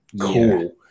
cool